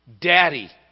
Daddy